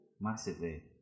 Massively